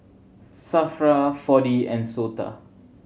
SAFRA Four D and SOTA